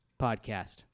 podcast